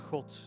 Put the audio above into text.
God